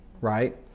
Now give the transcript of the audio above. right